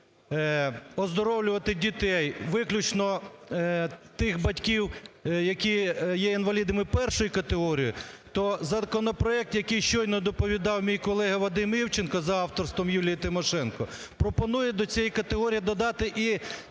оздоровлювати дітей виключно тих батьків, які є інвалідами І категорії, то законопроект, який щойно доповідав мій колега Вадим Івченко за авторством Юлії Тимошенко, пропонує до цієї категорії додати і